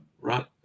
right